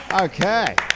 Okay